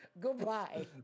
Goodbye